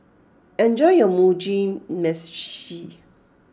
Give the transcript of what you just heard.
enjoy your Mugi Meshi